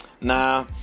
Nah